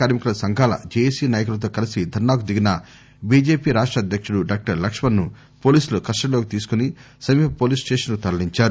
కార్సి కుల సంఘాల జెఎసి నాయకులతో కలిసి ధర్పాకు దిగిన బిజెపి రాష్ట అధ్యకుడు డాక్టర్ లక్ష్మణ్ ను పోలీసులు కస్టడీలోకి తీసుకొని సమీప పోలీస్ స్టేషన్ కు తరలించారు